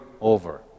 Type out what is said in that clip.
over